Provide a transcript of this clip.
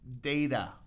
data